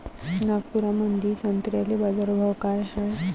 नागपुरामंदी संत्र्याले बाजारभाव काय हाय?